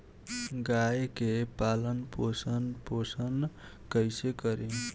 गाय के पालन पोषण पोषण कैसे करी?